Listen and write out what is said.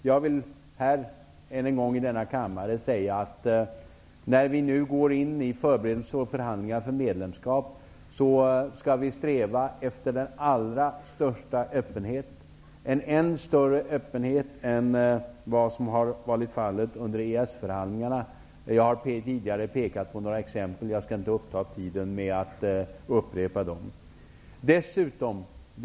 Jag vill än en gång i denna kammare säga att när vi nu börjar förbereda förhandlingarna om medlemskap, skall vi sträva efter den allra största öppenhet, en ännu större öppenhet än vad som har varit fallet undet EES-förhandlingarna. Jag har tidigare pekat på några exempel, så jag skall inte uppta tiden med att upprepa dem.